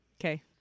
okay